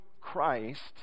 Christ